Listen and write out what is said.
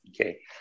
Okay